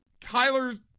Kyler